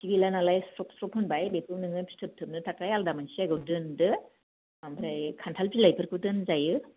खि गैला नालाय उदैआव स्रब स्रब होनबाय बेखौ फिथोब थोबनो थाखाय नोङो आलदा मोनसे जायगायाव दोनदो आमफ्राय खान्थाल बिलाइफोरबो दोनजायो